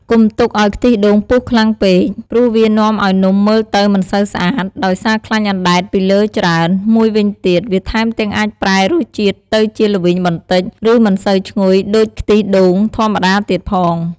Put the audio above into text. កុំទុកឲ្យខ្ទិះដូងពុះខ្លាំងពេក ព្រោះវានាំឱ្យនំមើលទៅមិនសូវស្អាត ដោយសារខ្លាញ់អណ្ដែតពីលើច្រើន មួយវិញទៀត វាថែមទាំងអាចប្រែរសជាតិទៅជា ល្វីង បន្តិច ឬមិនសូវឈ្ងុយដូចខ្ទិះដូងធម្មតាទៀតផង។